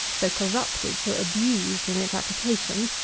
so corrupted so abused, in its application,